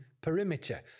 perimeter